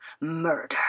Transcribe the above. murder